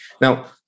Now